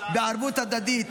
בערבות הדדית,